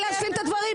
את היית במעגל האלימות?